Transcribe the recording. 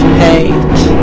hate